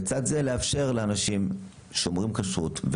לצד זה לאפשר לאנשים שומרי כשרות,